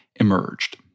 emerged